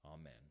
Amen